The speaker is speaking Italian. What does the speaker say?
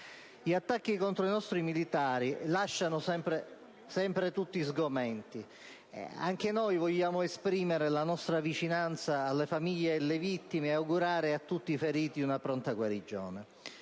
Gli attacchi contro i nostri militari lasciano sempre tutti sgomenti. Anche noi vogliamo esprimere la nostra vicinanza alle famiglie delle vittime e ai feriti, augurando loro una pronta guarigione.